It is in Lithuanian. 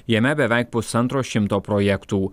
jame beveik pusantro šimto projektų